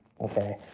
Okay